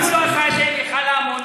למה הוא לא עשה את זה עם מכל האמוניה,